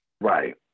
Right